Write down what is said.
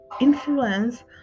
influence